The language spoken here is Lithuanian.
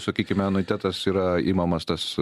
sakykime anuitetas yra imamas tas